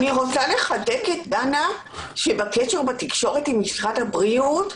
אני רוצה לחזק את דנה בנוגע לתקשורת עם משרד הבריאות.